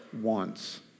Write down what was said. wants